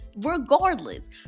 regardless